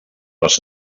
les